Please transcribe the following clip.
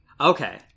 Okay